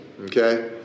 Okay